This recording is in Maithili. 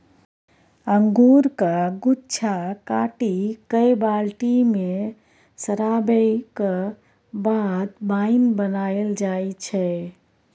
अंगुरक गुच्छा काटि कए बाल्टी मे सराबैक बाद बाइन बनाएल जाइ छै